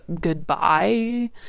goodbye